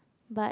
but